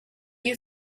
you